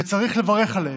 וצריך לברך עליהם.